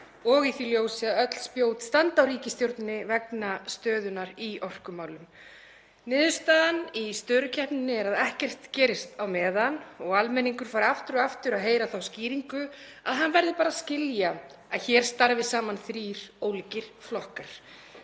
og í því ljósi að öll spjót standa á ríkisstjórninni vegna stöðunnar í orkumálum. Niðurstaðan í störukeppni er að ekkert gerist á meðan og almenningur fær aftur og aftur að heyra þá skýringu að hann verði bara að skilja að hér starfi saman þrír ólíkir flokkar.